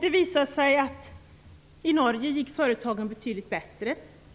Det visade sig att företagen gick betydligt bättre i Norge.